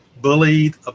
bullied